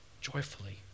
joyfully